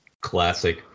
Classic